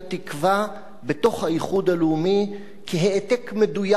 בתוך האיחוד הלאומי, כהעתק מדויק של מולדת,